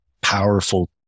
powerful